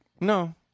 No